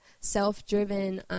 self-driven